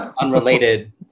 Unrelated